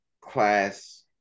class